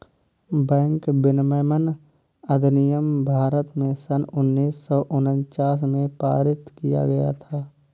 bank विनियमन अधिनियम भारत में सन उन्नीस सौ उनचास में पारित किया गया था